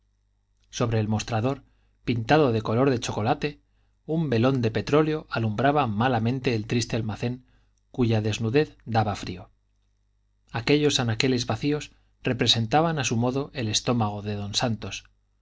sobre el mostrador pintado de color de chocolate un velón de petróleo alumbraba malamente el triste almacén cuya desnudez daba frío aquellos anaqueles vacíos representaban a su modo el estómago de don santos